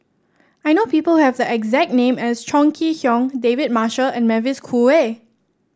I know people who have the exact name as Chong Kee Hiong David Marshall and Mavis Khoo Oei